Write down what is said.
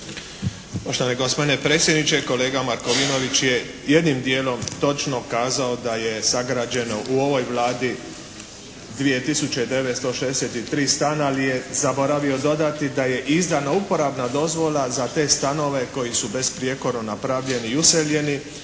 Poštovani gospodine predsjedniče, kolega Markovinović je jednim dijelom točno kazao da je sagrađeno u ovoj Vladi 2963 stana, ali je zaboravio dodati da je izdana uporabna dozvola za te stanove koji su besprijekorno napravljeni i useljeni